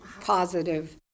positive